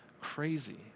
crazy